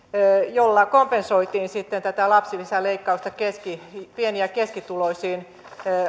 jolla kompensoitiin tätä lapsilisäleikkausta pieni ja keskituloisiin